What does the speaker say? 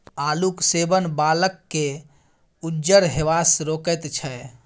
आलूक सेवन बालकेँ उज्जर हेबासँ रोकैत छै